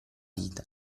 vita